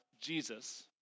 Jesus